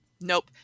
nope